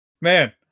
man